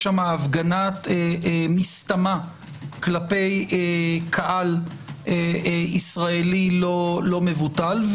שם הפגשת משטמה כלפי קהל ישראל לא מבוטל.